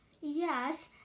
Yes